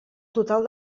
total